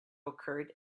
occurred